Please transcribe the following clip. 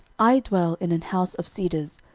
i dwell in an house of cedars,